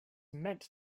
meant